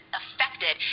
affected